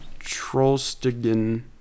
Trollstigen